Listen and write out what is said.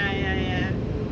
ya ya ya